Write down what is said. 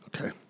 Okay